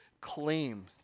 claim